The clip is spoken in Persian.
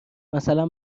مثلا